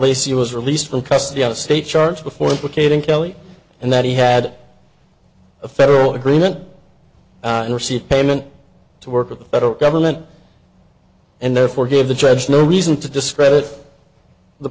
lacy was released from custody of the state charge before implicating kelly and that he had a federal agreement to receive payment to work with the federal government and therefore gave the judge no reason to discredit the